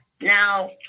Now